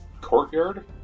courtyard